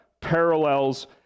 parallels